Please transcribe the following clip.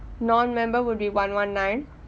non member will be one one nine